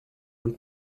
und